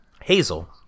Hazel